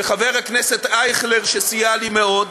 וחבר הכנסת אייכלר, שסייע לי מאוד,